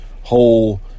whole